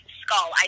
skull